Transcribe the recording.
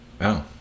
wow